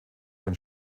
von